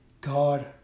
God